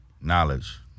Knowledge